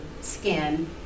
skin